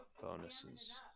bonuses